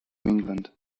england